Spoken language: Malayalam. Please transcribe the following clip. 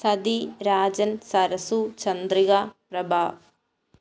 സതി രാജൻ സരസു ചന്ദ്രിക പ്രഭ